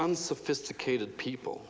on sophisticated people